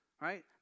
right